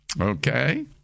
Okay